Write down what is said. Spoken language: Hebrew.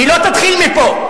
היא לא תתחיל מפה.